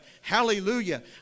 Hallelujah